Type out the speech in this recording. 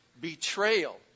betrayal